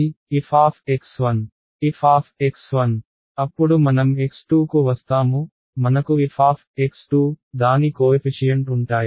f అప్పుడు మనం x2 కు వస్తాము మనకు f దాని కోఎఫిషియంట్ ఉంటాయా